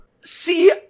see